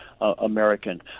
American